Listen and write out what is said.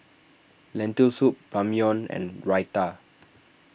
Lentil Soup Ramyeon and Raita